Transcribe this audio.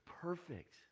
perfect